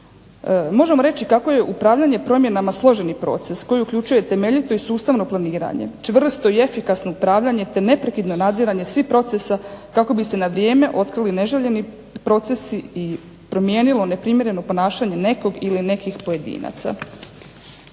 Možemo reći kako je upravljanje promjenama složeni proces, koji uključuje temeljito i sustavno planiranje, čvrsto i efikasno upravljanje, te neprekidno nadziranje svih procesa, kako bi se na vrijeme otkrili neželjeni procesi i promijenilo neprimjereno ponašanje nekog ili nekih pojedinaca.